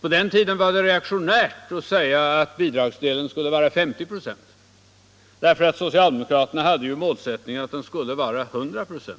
På den tiden var det reaktionärt att säga att bidragsdelen skulle vara 50 96. Socialdemokraterna hade ju som målsättning att den skulle vara 100 96.